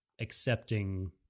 accepting